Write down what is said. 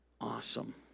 awesome